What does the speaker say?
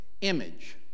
image